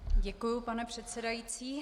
Děkuji, pane předsedající.